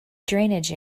drainage